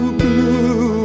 blue